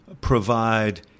provide